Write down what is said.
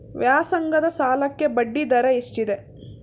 ವ್ಯಾಸಂಗದ ಸಾಲಕ್ಕೆ ಬಡ್ಡಿ ದರ ಎಷ್ಟಿದೆ?